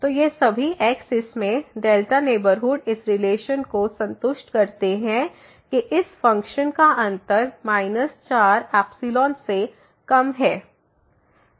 तोये सभी x इसमें neighbourhood इस रिलेशन को संतुष्ट करते हैं कि इस फ़ंक्शन का अंतर माइनस 4 से कम है